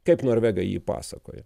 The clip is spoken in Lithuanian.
kaip norvegai jį pasakoja